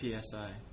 PSI